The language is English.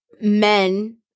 men